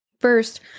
First